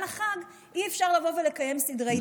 החג אי-אפשר לבוא ולקיים סדרי דיון.